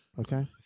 okay